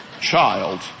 child